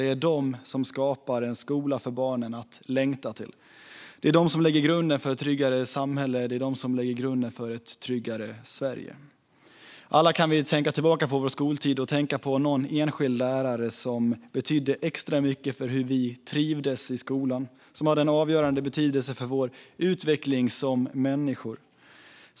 Det är de som skapar en skola för barnen att längta till. Det är de som lägger grunden för ett tryggare samhälle och ett tryggare Sverige. Alla kan vi tänka tillbaka på vår skoltid och tänka på någon enskild lärare som betydde extra mycket för hur vi trivdes i skolan och som hade en avgörande betydelse för vår utveckling som människor.